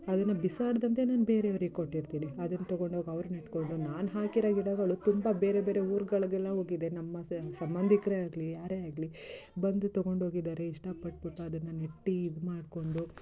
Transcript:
ಅದನ್ನು ಬಿಸಾಡಿದಂತೆ ನಾನು ಬೇರೆಯವ್ರಿಗೆ ಕೊಟ್ಟಿರ್ತೀನಿ ಅದನ್ನ ತಗೊಂಡು ಹೋಗಿ ಅವ್ರು ನೆಟ್ಕೊಂಡು ನಾನು ಹಾಕಿರೊ ಗಿಡಗಳು ತುಂಬ ಬೇರೆ ಬೇರೆ ಊರುಗಳಿಗೆಲ್ಲ ಹೋಗಿದೆ ನಮ್ಮ ಸಂಬಂಧಿಕರೆ ಆಗಲಿ ಯಾರೇ ಆಗಲಿ ಬಂದು ತಗೊಂಡು ಹೋಗಿದ್ದಾರೆ ಇಷ್ಟ ಪಟ್ಬಿಟ್ಟು ಅದನ್ನು ನೆಟ್ಟು ಇದು ಮಾಡಿಕೊಂಡು